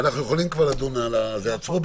ואנחנו יכולים כבר לדון בנושא עצמו,